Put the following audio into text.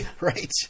right